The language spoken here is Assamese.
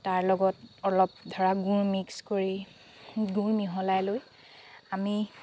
তাৰ লগত অলপ ধৰা গুৰ মিক্স কৰি গুৰ মিহলাই লৈ আমি